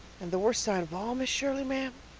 and the worst sign of all, miss shirley, ma'am.